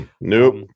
Nope